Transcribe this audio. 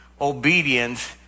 obedience